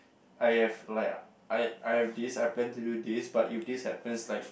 I have like I I have this I plan to do but if this happens like